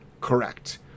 correct